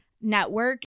network